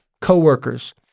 coworkers